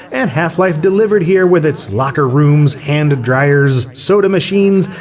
and half-life delivered here with its locker rooms, hand dryers, soda machines,